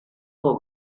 for